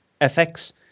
FX